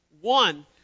One